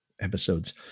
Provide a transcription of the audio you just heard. episodes